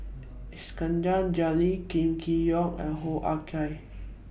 Iskandar Jalil Kam Kee Yong and Hoo Ah Kay